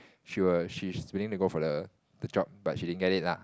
she will she's willing to go for the the job but she didn't get it lah